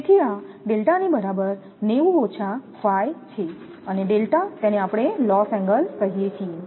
તેથી આ ની બરાબર છે અને તેને આપણે લોસએંગલ કહીએ છીએ